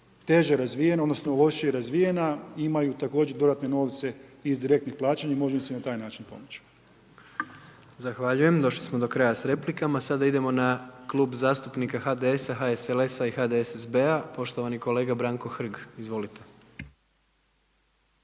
teže razvijena, odnosno, lošije razvijena, imaju također dodatne novce iz direktnih plaćanja i može im se na taj način pomoći. **Jandroković, Gordan (HDZ)** Zahvaljujem. Došli smo do kraja s replikama, sada idemo na Klub zastupnika HDS-a, HSLS-a i HDSSB-a, poštovani kolega Branko Hrg, izvolite.